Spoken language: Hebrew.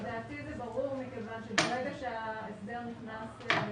לדעתי זה ברור מכיוון שברגע שההסדר נכנס לתוקף,